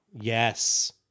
Yes